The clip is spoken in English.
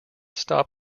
stop